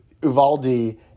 Uvaldi